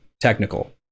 technical